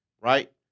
right